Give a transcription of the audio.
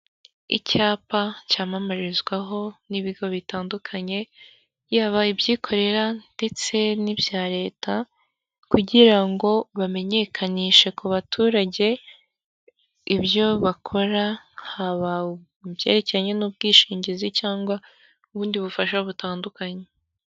Icyapa cyamamarizwaho n'ibigo bitandukanye; yaba ibyikorera ndetse n'ibya Leta kugira ngo bamenyekanishe ku baturage ibyo bakora, haba mu byerekeranye n'ubwishingizi cyangwa ubundi bufasha butandukanye.